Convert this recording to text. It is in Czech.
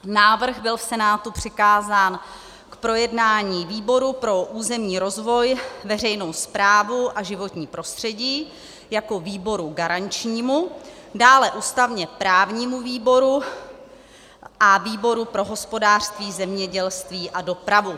Návrh byl v Senátu přikázán k projednání výboru pro územní rozvoj, veřejnou správu a životní prostředí jako výboru garančnímu, dále ústavněprávnímu výboru a výboru pro hospodářství, zemědělství a dopravu.